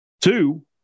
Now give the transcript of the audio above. Two